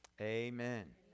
amen